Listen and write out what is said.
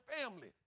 family